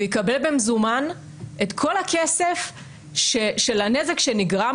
הוא יקבל במזומן את כל הכסף של הנזק שנגרם